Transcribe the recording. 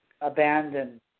abandoned